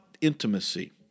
intimacy